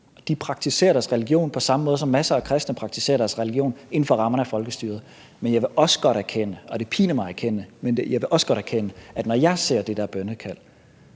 De praktiserer deres religion på samme måde, som masser af kristne praktiserer deres religion: inden for rammerne af folkestyret. Men jeg vil også godt erkende, og det piner mig at erkende, at når jeg ser det der bønnekald,